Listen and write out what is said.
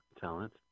talent